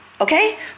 Okay